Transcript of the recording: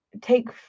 take